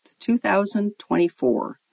2024